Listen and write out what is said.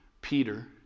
Peter